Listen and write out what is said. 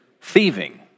thieving